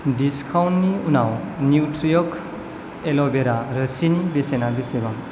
दिस्काउन्टनि उनाव न्युत्रिअर्ग एल'भेरा रोसिनि बेसेना बेसेबां